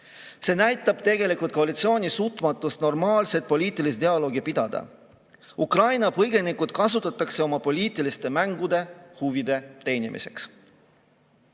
See näitab tegelikult koalitsiooni suutmatust normaalset poliitilist dialoogi pidada. Ukraina põgenikke kasutatakse oma poliitiliste mängude huvide teenimiseks. Muidugi